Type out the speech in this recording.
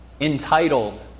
entitled